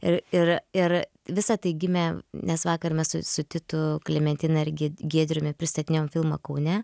ir ir ir visa tai gimė nes vakar mes su su titu klementina ir giedriumi pristatinėjom filmą kaune